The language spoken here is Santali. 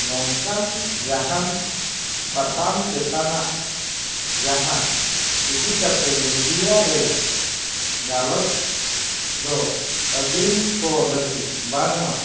ᱱᱚᱝᱠᱟᱱ ᱡᱟᱦᱟᱱ ᱥᱟᱛᱟᱢ ᱪᱮᱛᱟᱱᱟᱜ ᱡᱟᱦᱟᱸ ᱤᱫᱤ ᱠᱟᱛᱮ ᱢᱤᱰᱤᱭᱟ ᱨᱮ ᱜᱟᱞᱚᱪ ᱫᱚ ᱟᱹᱫᱤᱢ ᱠᱚ ᱞᱟᱹᱜᱤᱫ ᱵᱟᱝᱢᱟ